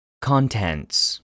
Contents